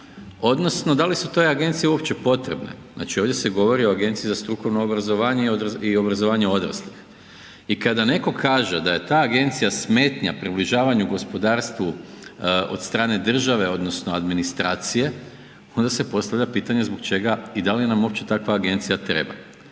odnosno da li su te agencije uopće potrebne. Znači ovdje se govori o Agenciji za strukovno obrazovanje i obrazovanje odraslih. I kada netko kaže da je ta agencija smetnja približavanju gospodarstvu od strane države, odnosno administracije, onda se postavlja pitanje zbog čega i dali nam uopće takva agencija treba.